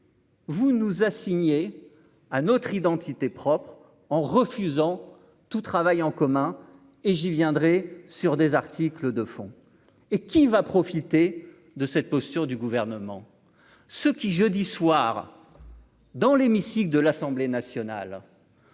vous nous assigner à notre identité propre en refusant tout travail en commun et j'y viendrai sur des articles de fond et qui va profiter de cette posture du gouvernement ce qui jeudi soir dans l'hémicycle de l'Assemblée nationale